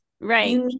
right